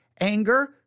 anger